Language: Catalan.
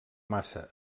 massa